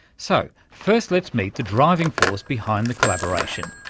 so first let's meet the driving force behind the collaboration,